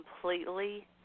completely